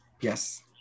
Yes